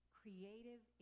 creative